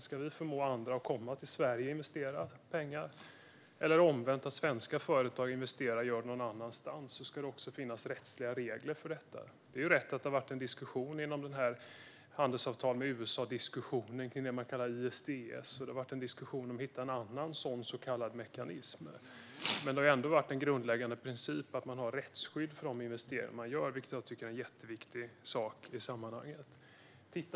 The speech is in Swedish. Om vi ska förmå andra att komma till Sverige och investera pengar, eller det omvända, att svenska företag investerar någon annanstans, ska det också finnas rättsliga regler för detta. Det är riktigt att det har varit en diskussion om det som man i handelsavtalet med USA kallat ISDS. Det har också varit en diskussion om att hitta en annan sådan så kallad mekanism. Men det har ändå varit en grundläggande princip att man har ett rättsskydd för de investeringar man gör, vilket jag tycker är en jätteviktig sak i sammanhanget. Herr talman!